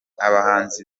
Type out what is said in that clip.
abahanzi